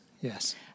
yes